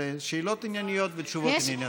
זה שאלות ענייניות ותשובות ענייניות.